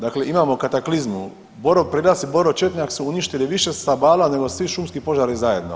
Dakle, imamo kataklizmu boro prelac i boro četnjak su uništili više stabala nego svi šumski požari zajedno.